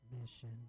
mission